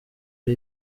ari